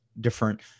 different